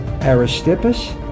Aristippus